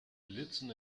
blitzen